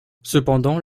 cependant